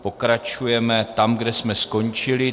Pokračujeme tam, kde jsme s končili.